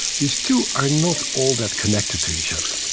these two are not all that connected to each other.